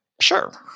sure